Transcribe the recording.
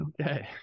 Okay